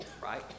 Right